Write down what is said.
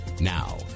Now